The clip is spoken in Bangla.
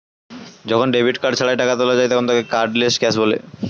যখন ডেবিট কার্ড ছাড়াই টাকা তোলা যায় তখন তাকে কার্ডলেস ক্যাশ বলে